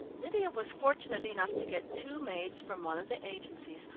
lydia was fortunate enough to get two maids from one of the agencies,